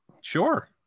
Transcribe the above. sure